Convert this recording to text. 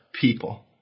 people